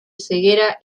ceguera